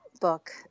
book